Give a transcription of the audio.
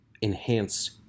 enhanced